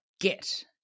get